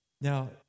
Now